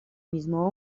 mismo